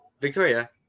Victoria